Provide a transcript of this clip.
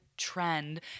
trend